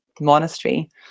monastery